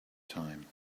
time